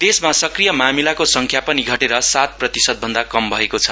देशमा सक्रिय मामिलाको संख्या पनि घटेर सात प्रतिशत भन्दा कम भएको छ